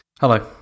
Hello